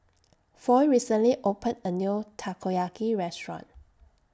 Foy recently opened A New Takoyaki Restaurant